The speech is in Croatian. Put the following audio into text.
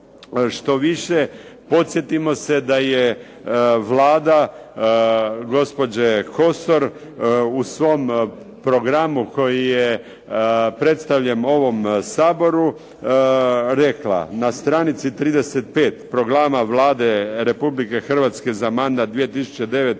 Štoviše, podsjetimo se da je Vlada gospođe Kosor u svom programu koji je predstavljen ovom Saboru, rekla na stranici 35 programa Vlade Republike Hrvatske za mandat